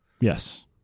Yes